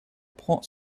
prend